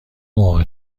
موقع